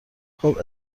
خوب